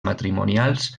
matrimonials